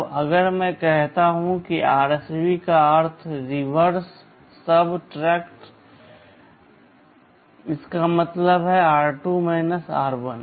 अब अगर मैं कहता हूं कि RSB का अर्थ है रिवर्स सबट्रैक्ट इसका मतलब है r2 r1